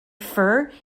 fur